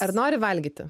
ar nori valgyti